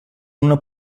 una